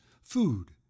food